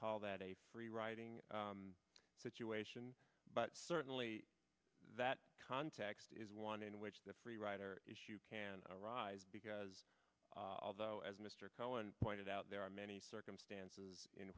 call that a free riding situation but certainly that context is one in which the free rider issue can arise although as mr cowen pointed out there are many circumstances in